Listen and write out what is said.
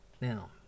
now